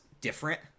different